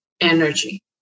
energy